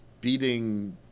beating